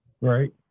Right